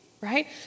right